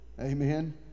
Amen